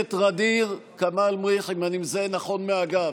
הכנסת ע'דיר כמאל מריח, אם אני מזהה נכון מהגב,